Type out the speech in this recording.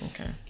okay